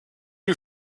who